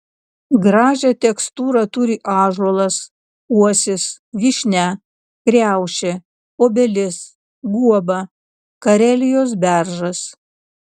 gražią tekstūrą turi ąžuolas uosis vyšnia kriaušė obelis guoba karelijos beržas